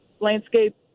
landscape